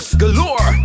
galore